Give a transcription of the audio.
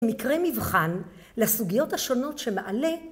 מקרה מבחן לסוגיות השונות שמעלה